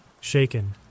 Shaken